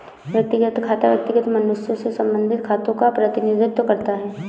व्यक्तिगत खाता व्यक्तिगत मनुष्यों से संबंधित खातों का प्रतिनिधित्व करता है